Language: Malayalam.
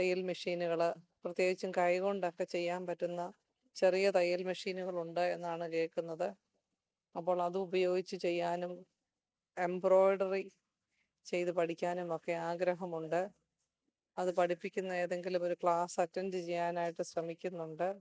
തയ്യൽ മെഷീനുകൾ പ്രത്യേകിച്ചും കൈകൊണ്ടൊക്കെ ചെയ്യാൻ പറ്റുന്ന ചെറിയ തയ്യൽ മെഷീനുകളുണ്ട് എന്നാണ് കേൾക്കുന്നത് അപ്പോൾ അതുപയോഗിച്ചു ചെയ്യാനും എമ്പ്രോയ്ഡറി ചെയ്തു പഠിക്കാനുമൊക്കെ ആഗ്രഹമുണ്ട് അത് പഠിപ്പിക്കുന്നത് ഏതെങ്കിലും ഒരു ക്ലാസ്സ് അറ്റൻ്റ് ചെയ്യാനായിട്ട് ശ്രമിക്കുന്നുണ്ട്